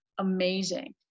amazing